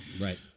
right